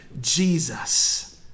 Jesus